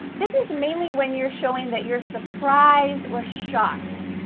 this is mainly when you're showing that you're surprised, or shocked.